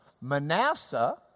Manasseh